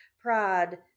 pride